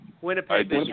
Winnipeg